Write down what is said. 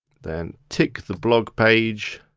then tick the blog page,